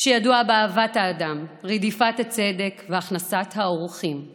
שידוע באהבת האדם, רדיפת הצדק והכנסת האורחים שלו.